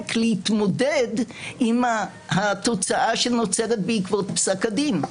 להתמודד עם התוצאה שנוצרת בעקבות פסק הדין.